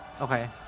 Okay